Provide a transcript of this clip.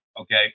okay